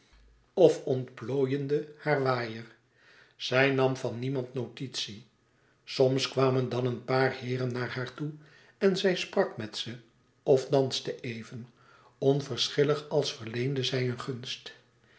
of ontplooiende haren waaier zij nam van niemand notitie soms kwamen dan een paar heeren naar haar toe en zij sprak met ze of danste even onverschillig als verleende zij een gunst